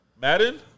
Madden